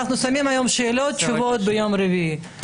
אנחנו שמים היום שאלות, ותשובות ביום רביעי.